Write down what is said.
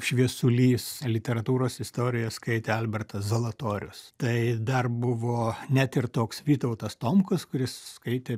šviesulys literatūros istoriją skaitė albertas zalatorius tai dar buvo net ir toks vytautas tomkus kuris skaitė